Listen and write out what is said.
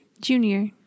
Junior